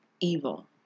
evil